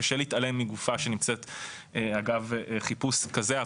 קשה להתעלם מגופה אגב חיפוש כזה.